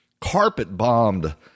carpet-bombed